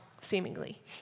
seemingly